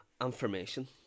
information